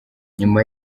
nyuma